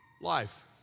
life